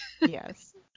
Yes